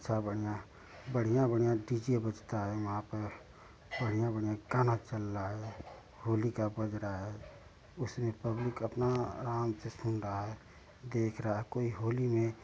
अच्छा बढ़िया बढ़िया बढ़िया डी जे बजता है यहाँ पर बढ़िया बढ़िया गाना चल रहा है होली का बज रहा है उसमें पब्लिक अपना आराम से सुन रही है देख रही कोई होली में